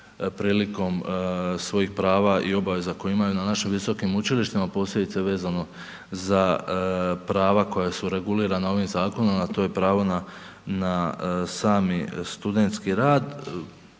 prilikom svojih prava i obaveza na našim visokim učilištima, posebice vezano za prava koja su regulirana ovim zakonom, a to je pravo na sami studentski rad.